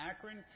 Akron